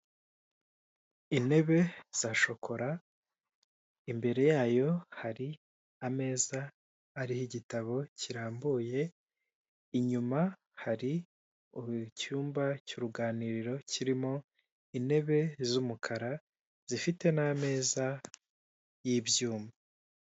Intebe za shokora, imbere yayo hari ameza ariho igitabo kirambuye, inyuma hari icyumba cy'uruganiriro kirimo intebe z'umukara zifite n'ameza y'ibyuma.